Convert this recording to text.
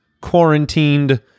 quarantined